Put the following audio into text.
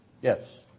Yes